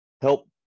help